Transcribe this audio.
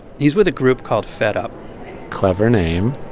he's with a group called fed up clever name.